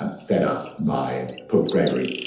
ah set up by pope gregory.